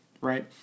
right